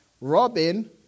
Robin